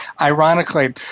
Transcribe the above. ironically